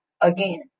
again